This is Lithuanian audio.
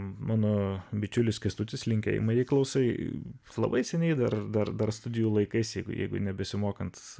mano bičiulis kęstutis linkėjimai klausai labai seniai dar dar dar studijų laikais jeigu nebesimokant